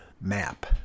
map